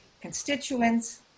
constituents